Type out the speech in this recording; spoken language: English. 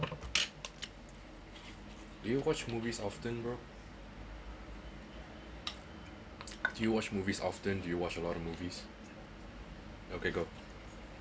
do you watch movies often bro do you watch movies often do you watch a lot of movies okay go